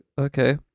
Okay